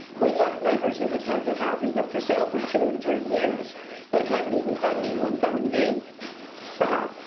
we have neighbors that have had their houses up for sale for two and three years and haven't even had anyone come and view the house.